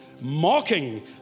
mocking